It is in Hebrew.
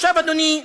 עכשיו, אדוני,